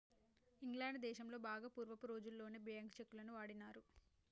England దేశంలో బాగా పూర్వపు రోజుల్లోనే బ్యేంకు చెక్కులను వాడినారు